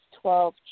Twelve